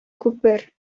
күпер